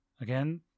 Again